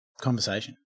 conversation